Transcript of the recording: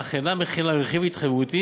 אך איננה מכילה רכיב התחייבותי